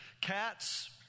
cats